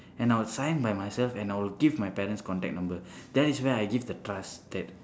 and I would sign by myself and I would give my parents' contact number that is where I give the trust that